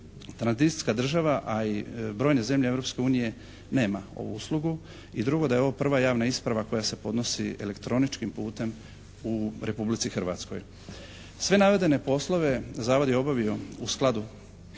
tranzicijska država a i brojne zemlje Europske unije nema ovu uslugu i drugo da je ovo prva javna isprava koja se podnosi elektroničkim putem u Republici Hrvatskoj. Sve navedene poslove Zavod je obavio u skladu sa